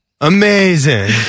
amazing